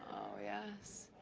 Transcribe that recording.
oh, yes.